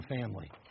family